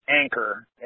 anchor